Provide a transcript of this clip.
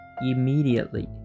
immediately